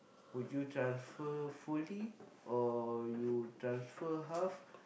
would you transfer fully or you transfer half